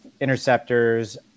interceptors